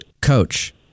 Coach